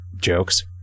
jokes